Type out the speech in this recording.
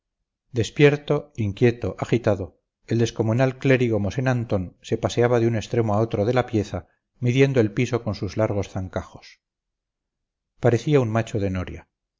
despierto inquieto agitado el descomunal clérigo mosén antón se paseaba de un extremo a otro de la pieza midiendo el piso con sus largos zancajos parecía un macho de noria